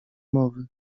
mowy